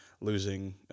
losing